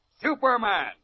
Superman